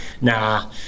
nah